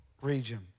region